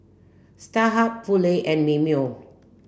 Starhub Poulet and Mimeo